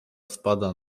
spada